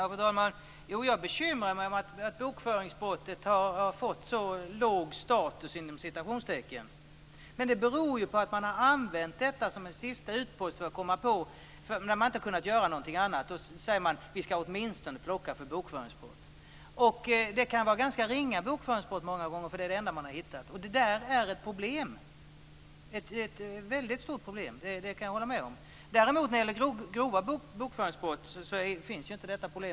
Fru talman! Jag bekymrar mig över att bokföringsbrottet har fått en så "låg status", men det beror på att man har använt det som en sista utväg för att komma åt brottslighet. När man inte har kunnat göra något annat säger man: Vi ska åtminstone plocka in vederbörande för bokföringsbrott. Det kan många gånger vara fråga om ett ganska ringa bokföringsbrott, eftersom det är det enda som man har hittat. Jag kan hålla med om att detta är ett väldigt stort problem. När det gäller grova bokföringsbrott finns inte detta problem.